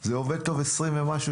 זה עובד טוב 20 ומשהו